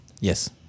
Yes